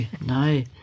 no